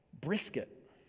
brisket